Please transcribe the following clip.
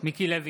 מיקי לוי,